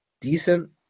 decent